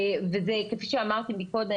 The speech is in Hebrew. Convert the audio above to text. כי כפי שאמרתי קודם,